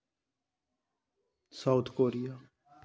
South Korea